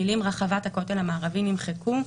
המילים "רחבת הכותל המערבי" נמחקו,